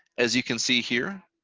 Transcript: as you can see here,